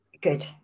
Good